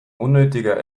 unnötiger